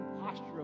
posture